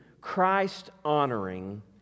Christ-honoring